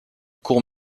court